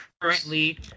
currently